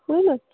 বুঝলেন